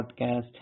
podcast